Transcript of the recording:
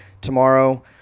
tomorrow